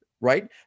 right